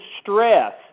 stress